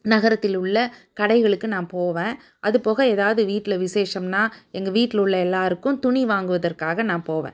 நகரத்தில் உள்ள கடைகளுக்கு நான் போவேன் அதுபோக ஏதாவது வீட்டில் விசேஷம்னா எங்கள் வீட்டில் உள்ளே எல்லோருக்கும் துணி வாங்குவதற்காக நான் போவேன்